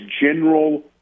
general